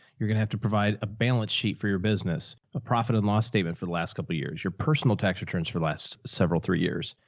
you're going to have to provide a balance sheet for your business, a profit and loss statement for the last couple of years. your personal tax returns for last several, three years,